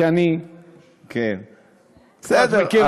כי אני קצת מכיר את,